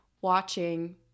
watching